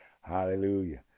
Hallelujah